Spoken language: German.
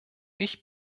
ich